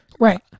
right